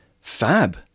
Fab